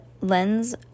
lens